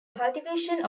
cultivation